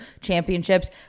championships